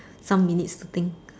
some minutes to think